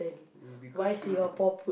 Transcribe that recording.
mm because you